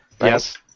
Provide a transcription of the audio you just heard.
Yes